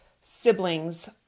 siblings